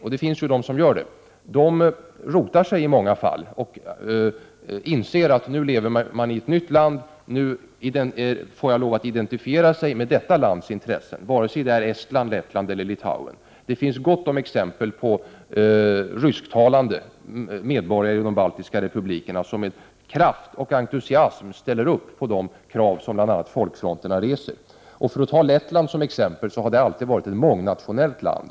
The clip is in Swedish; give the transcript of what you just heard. Dessa människor rotar sig i många fall på den plats där de slagit sig ned och inser att de lever i ett nytt land där det gäller att identifiera sig med landets intressen — vare sig det handlar om Estland, Lettland eller Litauen. Det finns gott om exempel på rysktalande medborgare i de baltiska republikerna som med kraft och entusiasm ställer upp på de krav som bl.a. folkfronten i resp. land reser. Lettland, för att ta ett exempel, har alltid varit ett mångnationellt land.